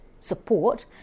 support